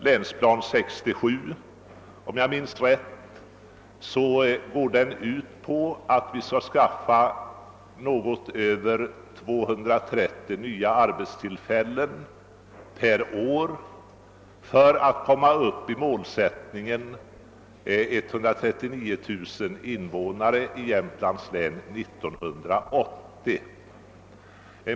Länsplan 67 går, om jag minns rätt, ut på att vi skall skaffa något över 230 nya arbetstillfällen per år för att nå det uppställda målet 139 000 invånare i Jämtlands län 1980.